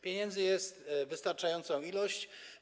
Pieniędzy jest wystarczająca ilość.